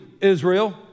Israel